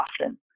often